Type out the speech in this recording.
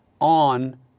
on